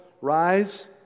rise